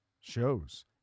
shows